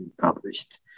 published